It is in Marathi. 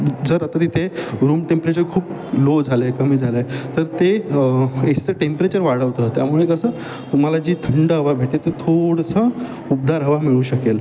जर आता तिथे रूम टेम्परेचर खूप लो झालंय कमी झालंय तर ते एसचं टेंपरेचर वाढवतं त्यामुळे कसं तुम्हाला जी थंड हवा भेटेल ते थोडसं उबदार हवा मिळू शकेल